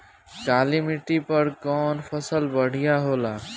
काली माटी पर कउन फसल बढ़िया होला?